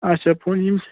اَچھا فون یِم چھِ